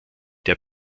der